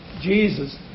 Jesus